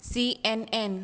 C N N